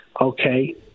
okay